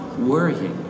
worrying